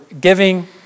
giving